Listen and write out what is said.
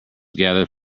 gathered